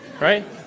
right